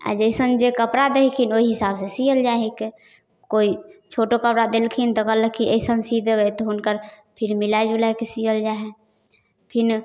आओर जइसन जे कपड़ा दै छथिन ओहि हिसाबसँ सिअल जाइ हिकै कोइ छोटो कपड़ा देलखिन तऽ कहलक कि अइसन सीबि देबै तऽ हुनकर फेर मिलाजुलाकऽ सिअल जाइ हइ फेर